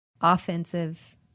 offensive